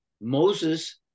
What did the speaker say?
Moses